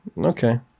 Okay